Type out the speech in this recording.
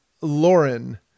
Lauren